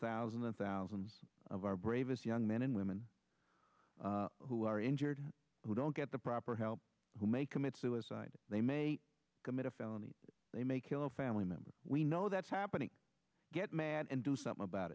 thousands and thousands of our bravest young men and women who are injured who don't get the proper help who may commit suicide they may commit a felony they may kill a family member we know that's happening get mad and do something about